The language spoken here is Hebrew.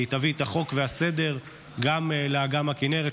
היא תביא את החוק והסדר גם לאגם הכינרת,